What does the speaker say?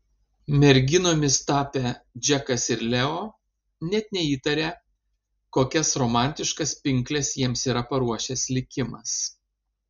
merginomis tapę džekas ir leo net neįtaria kokias romantiškas pinkles jiems yra paruošęs likimas